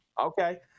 Okay